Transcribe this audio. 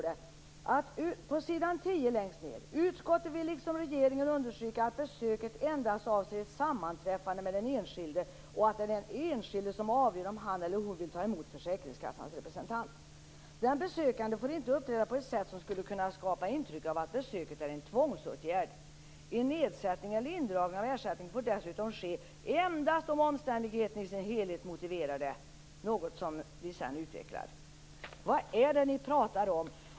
Det står på s. 10 längst ned: "Utskottet vill liksom regeringen understryka att besöket endast avser ett sammanträffande med den enskilde och att det är den enskilde som avgör om han eller hon vill ta emot försäkringskassans representant. Den besökande får inte heller uppträda på ett sätt som skulle kunna skapa intryck av att besöket är en tvångsåtgärd. En nedsättning eller indragning av ersättningen får dessutom ske endast om omständigheterna i sin helhet motiverar det, något som utskottet närmare utvecklar nedan." Vad är det ni pratar om?